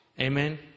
Amen